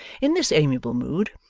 in this amiable mood,